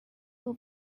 will